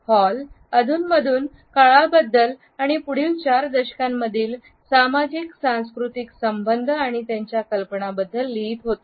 hall अधूनमधून काळाबद्दल आणि पुढील चार दशकांमधील सामाजिक सांस्कृतिक संबंध आणि त्याच्या कल्पनाबद्दल लिहित होते